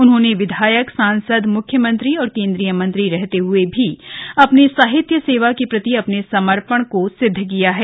उन्होंने विधायक सांसद मुख्यमंत्री और केन्द्रीय मंत्री रहते हुए भी आपने साहित्य सेवा के प्रति अपना समपर्ण सिद्ध किया है